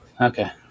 Okay